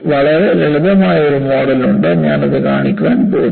വളരെ ലളിതമായ ഒരു മോഡലുണ്ട് ഞാൻ അത് കാണിക്കാൻ പോകുന്നു